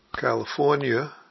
California